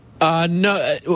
No